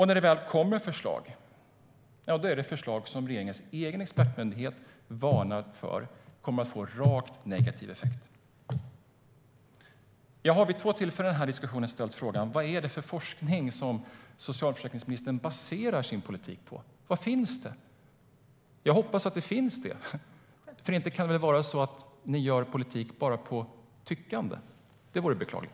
När det väl kommer förslag är det förslag som regeringens egen expertmyndighet varnar för kommer att få en negativ effekt. Jag har vid två tillfällen under denna diskussion ställt frågan vilken forskning som socialförsäkringsministern baserar sin politik på. Vad finns det? Jag hoppas att det finns något, för det kan väl inte vara så att ni gör politik bara på tyckande, Annika Strandhäll? Det vore beklagligt.